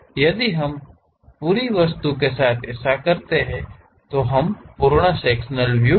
यदि हम पूरी वस्तु के साथ ऐसा करते हैं तो हम पूर्ण सेक्शनल व्यू कहते हैं